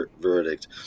verdict